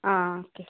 ആ ഓക്കെ